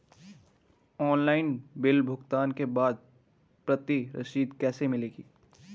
Online bill भुगतान के बाद प्रति रसीद कैसे मिलेगी?